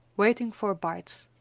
waiting for a bite.